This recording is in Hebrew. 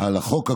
על חוק הקורונה,